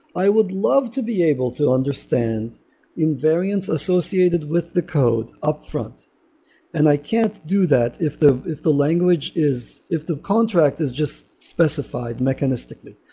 i would love to be able to understand in variance associated with the code upfront and i can't do that if the if the language is if the contract is just specified mechanistically.